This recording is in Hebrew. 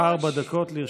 ארבע דקות לרשותך.